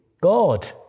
God